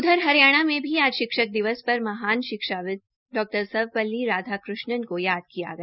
उधर हरियाणा में भी आज शिक्षक दिवस पर महान् शिक्षाविद डॉ सर्वपल्ली राधाकृष्णन को याद किया गया